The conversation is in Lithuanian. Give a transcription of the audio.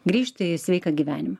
grįžti į sveiką gyvenimą